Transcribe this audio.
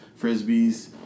frisbees